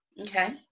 okay